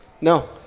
No